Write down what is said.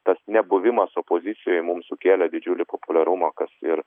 tas nebuvimas opozicijoj mums sukėlė didžiulį populiarumą kas ir